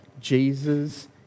Jesus